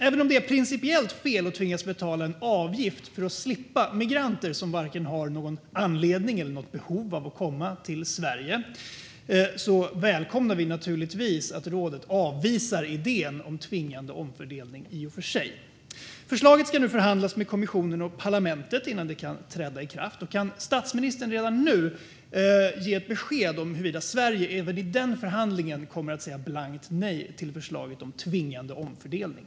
Även om det är principiellt fel att tvingas betala en avgift för att slippa migranter som varken har någon anledning eller något behov av att komma till Sverige välkomnar vi naturligtvis också att rådet avvisar idén om tvingande omfördelning. Förslaget ska nu förhandlas med kommissionen och parlamentet innan det kan träda i kraft. Kan statsministern redan nu ge besked om huruvida Sverige även i den förhandlingen kommer att säga blankt nej till förslaget om tvingande omfördelning?